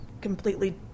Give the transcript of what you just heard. completely